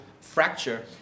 fracture